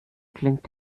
klingt